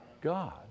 God